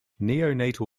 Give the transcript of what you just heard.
neonatal